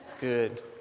Good